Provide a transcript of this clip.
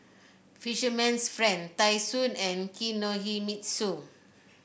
Fisherman's Friend Tai Sun and Kinohimitsu